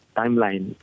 timeline